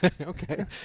okay